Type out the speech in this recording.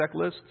checklists